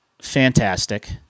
fantastic